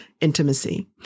intimacy